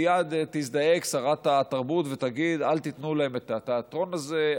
מייד תזדעק שרת התרבות ותגיד: אל תיתנו להם את התיאטרון הזה,